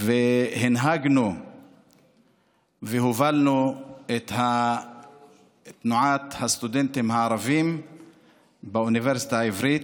הנהגנו והובלנו את תנועת הסטודנטים הערבים באוניברסיטה העברית.